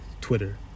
Twitter